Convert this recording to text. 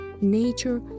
nature